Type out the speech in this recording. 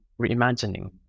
reimagining